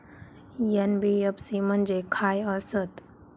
NBFC म्हणजे खाय आसत?